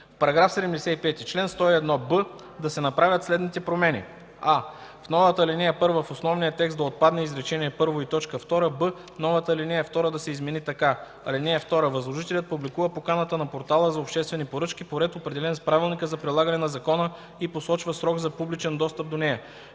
„В § 75, чл. 101б да се направят следните промени: а) В новата ал. 1, в основния текст да отпадне изречение първо и т. 2. б) Новата ал. 2 да се измени така: „(2) Възложителят публикува поканата на Портала за обществени поръчки по ред, определен с правилника за прилагане на закона, и посочва срок за публичен достъп до нея,